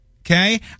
Okay